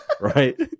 right